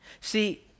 See